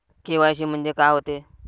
KYC म्हंनजे का होते?